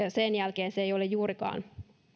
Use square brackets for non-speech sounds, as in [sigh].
[unintelligible] ja sen jälkeen se ei ole juurikaan